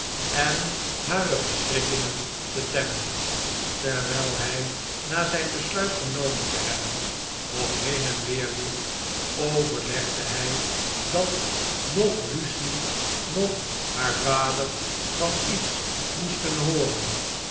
en hare verschrikkingen te temmen terwijl hij na zn besluit genomen te hebben nog heen en weer liep overlegde hjj dat noch lucie nog haar vader van iets moesten hooren